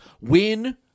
win